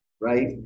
right